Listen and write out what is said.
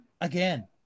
again